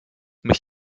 mich